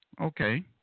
Okay